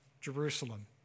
Jerusalem